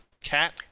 Cat